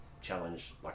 challenge